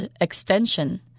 extension